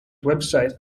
website